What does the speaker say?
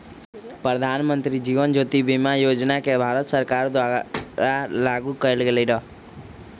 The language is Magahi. प्रधानमंत्री जीवन ज्योति बीमा योजना के भारत सरकार द्वारा लागू कएल गेलई र